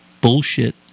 bullshit